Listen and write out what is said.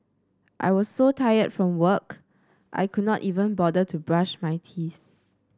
I was so tired from work I could not even bother to brush my teeth